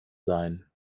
sein